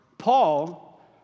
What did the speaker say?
Paul